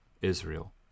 Israel